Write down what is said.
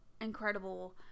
incredible